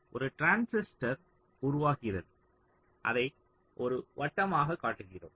ஒரு டிரான்சிஸ்டர் உருவாகிறது அதை ஒரு வட்டமாகக் காட்டுகிறோம்